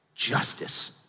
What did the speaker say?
justice